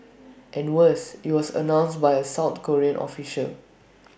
and worse IT was announced by A south Korean official